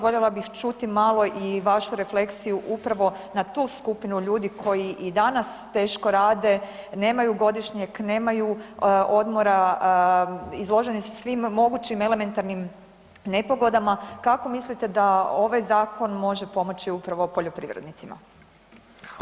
Voljela bih čuti malo i vašu refleksiju upravo na tu skupinu ljudi koji i danas teško rade, nemaju godišnjeg, nemaju odmora, izloženi su svim mogućim elementarnim nepogodama, kako mislite da ovaj zakon može pomoći upravo poljoprivrednicima?